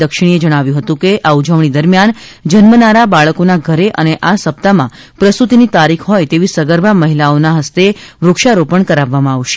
દક્ષિણીએ જણાવ્યુંહતું કે આ ઉજવણી દરમિયાન જન્મનારાં બાળકોના ઘરે અને આ સપ્તાહ માં પ્રસુતિની તારીખ હોય તેવી સગર્ભા મહિલાઓના હસ્તે વૃક્ષારોપણ કરાવવામાં આવશે